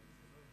היום יום שני,